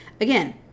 Again